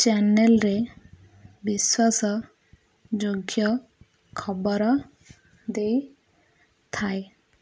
ଚ୍ୟାନେଲ୍ରେ ବିଶ୍ୱାସ ଯୋଗ୍ୟ ଖବର ଦେଇଥାଏ